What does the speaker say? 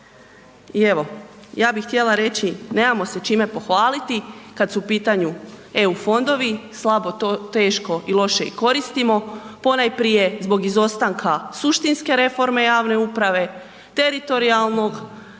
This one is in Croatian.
I evo ja bih htjela reći nemamo se čime pohvaliti kada su u pitanju EU fondovi, slabo to, teško i loše i koristimo, ponajprije zbog izostanka suštinske reforme javne uprave, teritorijalnog,